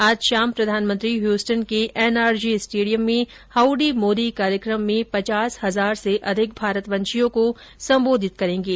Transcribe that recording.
आज शाम प्रधानमंत्री ह्युस्टन के एन आर जी स्टेडियम में हाउडी मोदी कार्यक्रम में पचास हजार से अधिक भारतवंशियों को संबोधित करेंगे